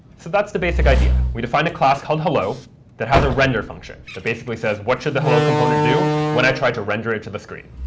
so that's the basic idea. we defined a class called that has a render function that basically says what should the hello component do when i tried to render it to the screen.